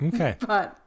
Okay